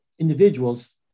individuals